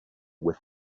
with